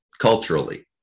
culturally